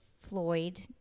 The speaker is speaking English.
Floyd